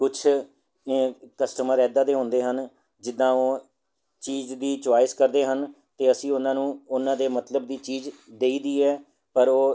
ਕੁਛ ਕਸਟਮਰ ਇੱਦਾਂ ਦੇ ਹੁੰਦੇ ਹਨ ਜਿੱਦਾਂ ਉਹ ਚੀਜ਼ ਦੀ ਚੋਇਸ ਕਰਦੇ ਹਨ ਅਤੇ ਅਸੀਂ ਉਹਨਾਂ ਨੂੰ ਉਹਨਾਂ ਦੇ ਮਤਲਬ ਦੀ ਚੀਜ਼ ਦੇਈ ਦੀ ਹੈ ਪਰ ਉਹ